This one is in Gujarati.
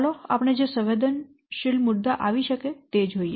ચાલો આપણે જે સંવેદનશીલ મુદ્દા આવી શકે તે જોઈએ